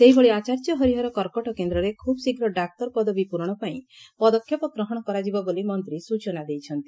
ସେହିଭଳି ଆଚାର୍ଯ୍ୟ ହରିହର କର୍କଟକେନ୍ଦ୍ରରେ ଖୁବ୍ ଶୀଘ୍ର ଡାକ୍ତର ପଦବୀ ପୂରଣ ପାଇଁ ପଦକ୍ଷେପ ଗ୍ରହଶ କରାଯିବ ବୋଲି ମନ୍ତ୍ରୀ ସୂଚନା ଦେଇଛନ୍ତି